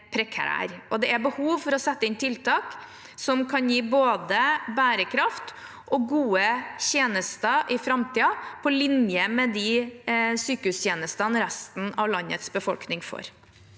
det er behov for å sette inn tiltak som kan gi både bærekraft og gode tjenester i framtiden, på linje med de sykehustjenestene resten av landets befolkning får.